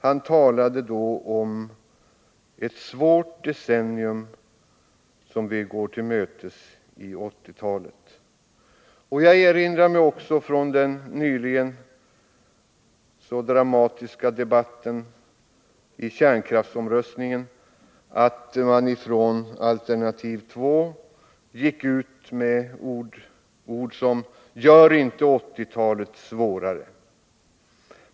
Han talade då om att 1980-talet blir ett svårt decennium. Jag erinrar mig också från den dramatiska debatten inför kärnkraftsomröstningen att man från linje 2 gick ut med uppmaningar som ”gör inte 1980-talet svårare”.